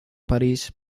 parís